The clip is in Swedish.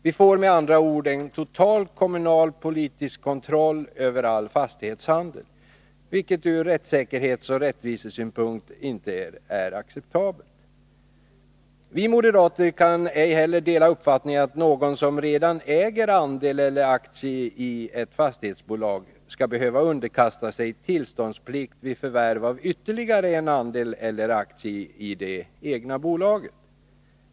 Vi får med andra ord en total kommunal politisk kontroll över all fastighetshandel, vilket ur rättssäkerhetsoch rättvisesynpunkt inte är acceptabelt. Vi moderater kan ej heller dela uppfattningen att någon som redan äger andel eller aktie i ett fastighetsbolag skall behöva underkasta sig tillståndsplikt vid förvärv av ytterligare en andel eller aktie i det ”egna” bolaget.